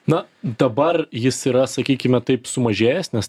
na dabar jis yra sakykime taip sumažėjęs nes